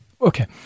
okay